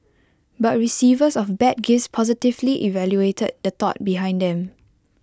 but receivers of bad gifts positively evaluated the thought behind them